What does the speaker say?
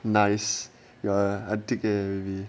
nice your're addicted already baby